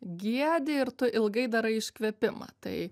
giedi ir tu ilgai darai iškvėpimą tai